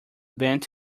bend